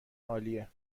عالیه